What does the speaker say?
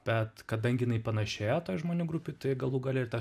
bet kadangi jinai panašėja toj žmonių grupėj tai galų gale ir ta